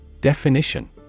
Definition